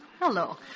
Hello